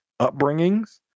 upbringings